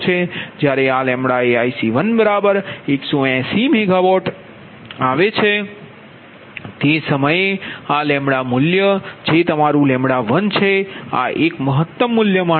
જ્યારે આ એ IC1 180 MW આવે છે તે સમયે આ મૂલ્ય જે તમારું 1છે આ એક મહત્તમ મૂલ્ય માટેનું 1 73